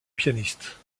pianiste